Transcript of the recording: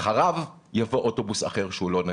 אחריו יבוא אוטובוס אחר שהוא לא נגיש.